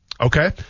okay